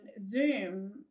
Zoom